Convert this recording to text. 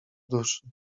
duszy